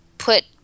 put